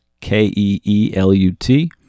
K-E-E-L-U-T